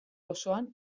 osoan